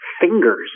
fingers